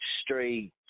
Straight